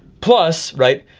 plus, right?